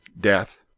Death